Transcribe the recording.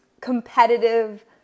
competitive